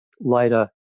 later